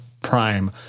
Prime